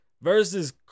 versus